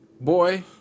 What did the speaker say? boy